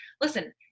listen